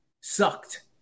sucked